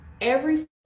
Every-